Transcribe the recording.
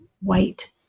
white